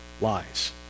lies